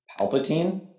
Palpatine